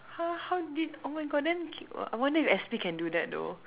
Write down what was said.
how how did oh my God then I wonder if S_P can do that though